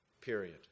period